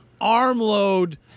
armload